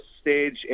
stage